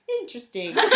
interesting